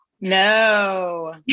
No